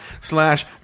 slash